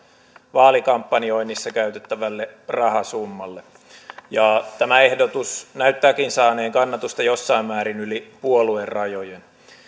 vaalikampanjoinnissa käytettävälle rahasummalle tämä ehdotus näyttääkin saaneen kannatusta jossain määrin yli puoluerajojen